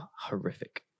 horrific